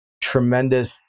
tremendous